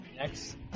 Next